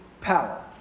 power